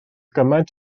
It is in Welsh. gymaint